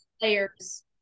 players